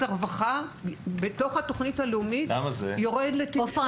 הרווחה בתוך התוכנית הלאומית יורד לטמיון.